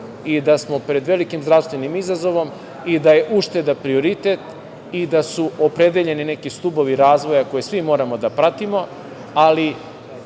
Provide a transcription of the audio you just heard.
i da smo pred velikim zdravstvenim izazovom i da je ušteda prioritet i da su opredeljeni neki stubovi razvoja koje svi moramo da pratimo, ali